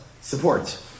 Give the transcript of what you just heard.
support